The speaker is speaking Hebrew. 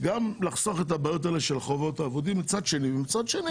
גם לחשוף את הבעיות האלה של החובות האבודים ומצד שני